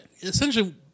Essentially